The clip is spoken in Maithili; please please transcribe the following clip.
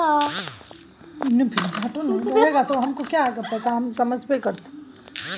रेकरिंग डिपोजिट टर्म डिपोजिट सनक होइ छै एकटा निश्चित समय लेल